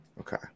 Okay